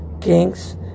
kings